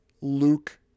Luke